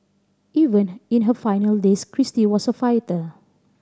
even in her final days Kristie was a fighter